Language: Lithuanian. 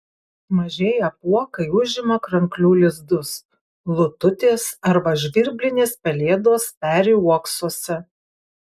mažieji apuokai užima kranklių lizdus lututės arba žvirblinės pelėdos peri uoksuose